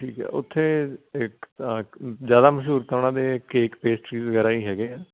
ਠੀਕ ਹੈ ਉੱਥੇ ਇੱਕ ਤਾਂ ਜ਼ਿਆਦਾ ਮਸ਼ਹੂਰ ਤਾਂ ਉਹਨਾਂ ਦੇ ਕੇਕ ਪੇਸਟਰੀ ਵਗੈਰਾ ਹੀ ਹੈਗੇ ਆ